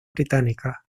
británicas